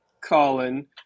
Colin